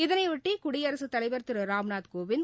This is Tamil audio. இதனையொட்டி குடியரசுத் தலைவர் திரு ராம்நாத் கோவிந்த்